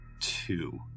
two